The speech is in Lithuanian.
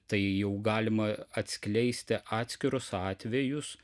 tai jau galima atskleisti atskirus atvejus